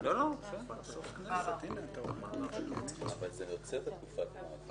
זה נוסח שמשקף יותר את הפסיקה,